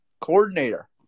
coordinator